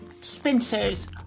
Spencer's